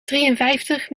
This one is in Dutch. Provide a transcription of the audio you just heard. drieënvijftig